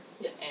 Yes